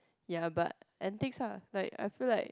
ya but antiques lah like I feel like